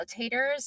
facilitators